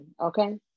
okay